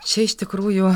čia iš tikrųjų